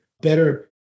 better